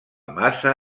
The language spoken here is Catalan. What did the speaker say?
massa